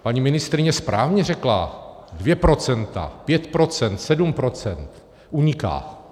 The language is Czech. Paní ministryně správně řekla, dvě procenta, pět procent, sedm procent uniká.